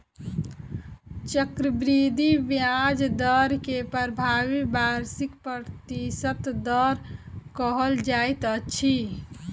चक्रवृद्धि ब्याज दर के प्रभावी वार्षिक प्रतिशत दर कहल जाइत अछि